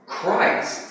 Christ